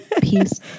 Peace